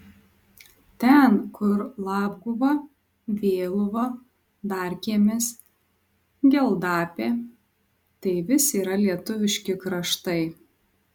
ten kur labguva vėluva darkiemis geldapė tai vis yra lietuviški kraštai